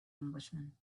englishman